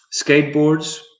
Skateboards